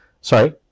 Sorry